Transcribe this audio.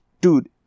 dude